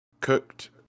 cooked